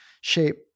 shape